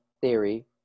theory